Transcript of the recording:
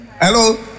Hello